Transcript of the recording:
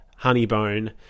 Honeybone